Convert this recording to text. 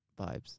vibes